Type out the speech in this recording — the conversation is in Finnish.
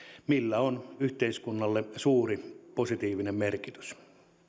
millä on yhteiskunnalle suuri positiivinen merkitys